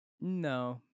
no